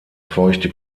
feuchte